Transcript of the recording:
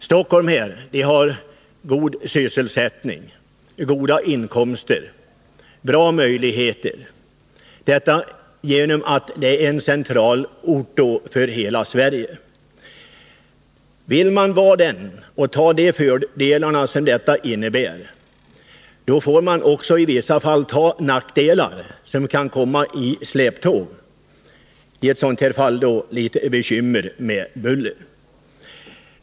Stockholm har god sysselsättning, goda inkomster och bra möjligheter i övrigt genom att kommunen är centralort för hela Sverige. Vill den vara det och ta de fördelar som detta innebär, får man också i vissa fall ta de nackdelar som kan komma i släptåg, i detta fall litet bekymmer med buller.